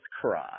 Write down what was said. cry